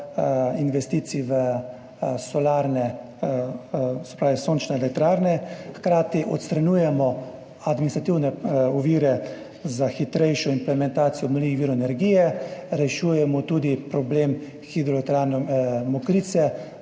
investicij v sončne elektrarne. Hkrati odstranjujemo administrativne ovire za hitrejšo implementacijo obnovljivih virov energije. Rešujemo tudi problem hidroelektrarne Mokrice,